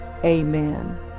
Amen